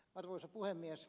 arvoisa puhemies